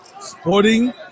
Sporting